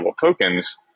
tokens